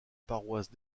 paroisse